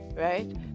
right